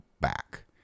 back